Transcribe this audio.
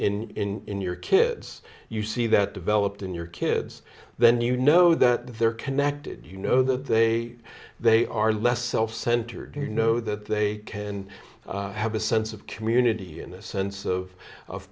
say in in your kids you see that developed in your kids then you know that they're connected you know that they they are less self centered you know that they can have a sense of community in a sense of of